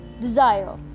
desire